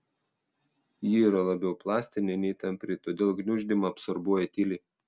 ji yra labiau plastinė nei tampri todėl gniuždymą absorbuoja tyliai